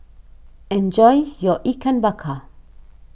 enjoy your Ikan Bakar